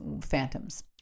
phantoms